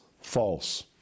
false